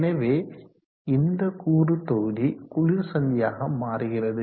எனவே இந்த கூறு தொகுதி குளிர் சந்தியாக மாறுகிறது